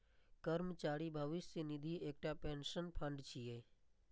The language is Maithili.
कर्मचारी भविष्य निधि एकटा पेंशन फंड छियै